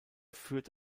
führt